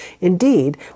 Indeed